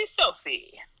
Sophie